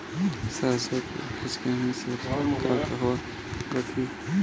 सरसों के उपज के नमी से बचावे ला कहवा रखी?